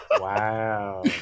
Wow